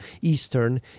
Eastern